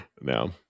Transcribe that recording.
No